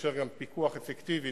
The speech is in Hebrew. שיאפשר פיקוח אפקטיבי,